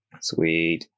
Sweet